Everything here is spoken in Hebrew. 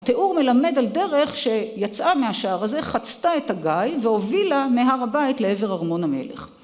תיאור מלמד על דרך שיצאה מהשער הזה, חצתה את הגיא, והובילה מהר הבית לעבר ארמון המלך.